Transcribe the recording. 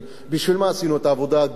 בשביל מה עשינו את העבודה הגיאולוגית,